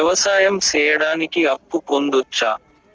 వ్యవసాయం సేయడానికి అప్పు పొందొచ్చా?